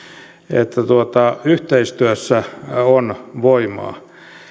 yhteistyössä on voimaa